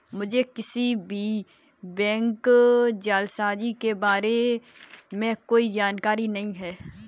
मुझें किसी भी बैंक जालसाजी के बारें में कोई जानकारी नहीं है